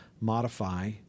modify